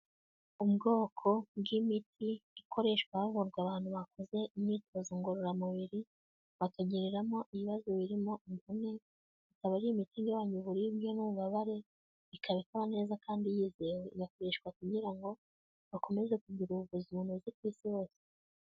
Ubwoko bw'imiti ikoreshwa havurwa abantu bakoze imyitozo ngororamubiri, bakagiriramo ibibazo birimo imvune, akaba ari imiti igabanya uburibwe n'ububabare, ikaba ikora neza kandi yizewe, igakoreshwa kugira ngo bakomeze kugira ubuvuzi bunoze ku Isi hose.